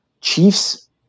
Chiefs